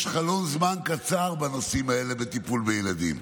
יש חלון זמן קצר בנושאים האלה בטיפול בילדים.